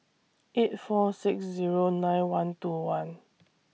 eight four six Zero nine one two one